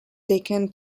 deccan